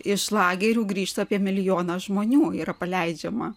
iš lagerių grįžta apie milijoną žmonių yra paleidžiama